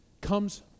comes